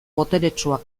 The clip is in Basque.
boteretsua